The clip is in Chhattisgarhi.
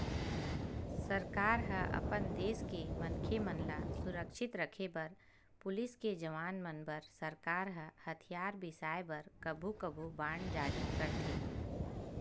सरकार ह अपन देस के मनखे मन ल सुरक्छित रखे बर पुलिस के जवान मन बर सरकार ह हथियार बिसाय बर कभू कभू बांड जारी करथे